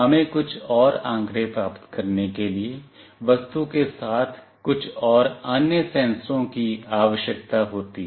हमें कुछ और आंकड़े प्राप्त करने के लिए वस्तु के साथ कुछ और अन्य सेंसरों की आवश्यकता होती है